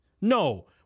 No